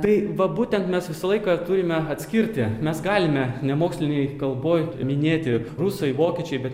tai va būtent mes visą laiką turime atskirti mes galime ne mokslinėj kalboj minėti rusai vokiečiai bet